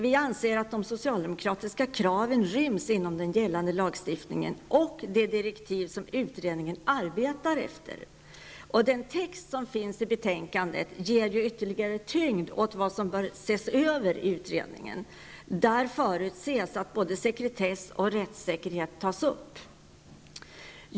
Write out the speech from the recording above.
Vi anser att de socialdemokratiska kraven ryms inom den gällande lagstiftningen och de direktiv som utredningen arbetar efter. Den text som finns i betänkandet ger ytterligare tyngd åt vad som bör ses över av utredningen. Där förutsätts att både sekretess och rättssäkerhet tas upp.